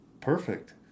Perfect